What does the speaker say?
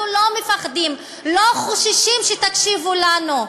אנחנו לא מפחדים, לא חוששים שתקשיבו לנו.